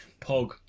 Pog